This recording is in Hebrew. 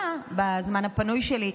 אני חייבת איזו הערה בזמן הפנוי שלי.